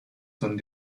sont